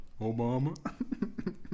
Obama